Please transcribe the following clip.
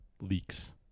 leaks